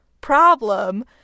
problem